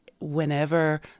whenever